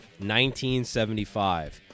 1975